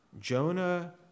Jonah